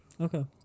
okay